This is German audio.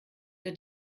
der